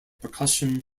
percussion